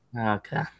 Okay